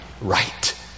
right